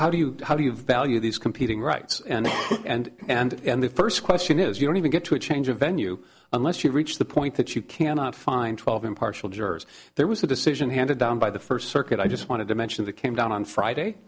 how do you how do you value these competing rights and and and the first question is you don't even get to a change of venue unless you reach the point that you cannot find twelve impartial jurors there was a decision handed down by the first circuit i just wanted to mention that came down on friday